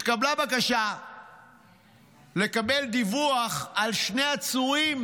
התקבלה בקשה לקבל דיווח על שני עצורים